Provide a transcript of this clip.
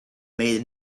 made